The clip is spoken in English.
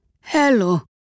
hello